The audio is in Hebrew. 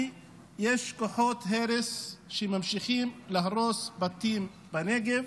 יש כוחות הרס שממשיכים להרוס בתים בנגב.